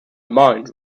mind